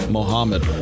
Mohammed